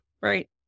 right